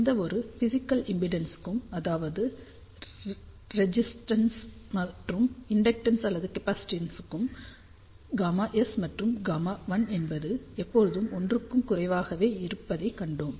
எந்தவொரு பிஸிக்கல் இம்பிடென்ஸ்க்கும் அதாவது ரெஜிஸ்டென்ஸ் மற்றும் இண்டெக்டென்ஸ் அல்லது கேப்பாசிடென்ஸ்க்கும் Γs மற்றும் Γl என்பது எப்போதும் 1 க்கும் குறைவாகவே இருப்பதைக் கண்டோம்